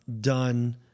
done